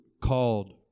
called